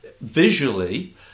visually